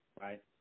right